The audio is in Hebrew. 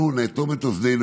אנחנו נאטום את אוזנינו.